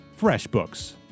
FreshBooks